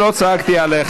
צא החוצה.